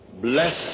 Bless